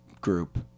group